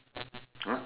!huh!